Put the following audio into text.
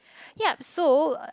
yup so